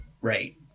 Right